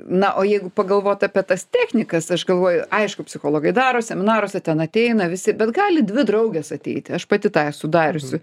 na o jeigu pagalvot apie tas technikas aš galvoju aišku psichologai daro seminaruose ten ateina visi bet gali dvi draugės ateiti aš pati tai sudariusi